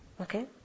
okay